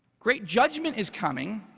great judgment is coming,